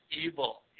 evil